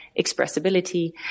expressibility